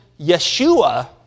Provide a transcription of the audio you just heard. Yeshua